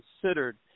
considered